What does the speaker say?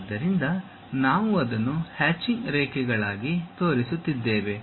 ಆದ್ದರಿಂದ ನಾವು ಅದನ್ನು ಹ್ಯಾಚಿಂಗ್ ರೇಖೆಗಳಾಗಿ ತೋರಿಸುತ್ತಿದ್ದೇವೆ